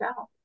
out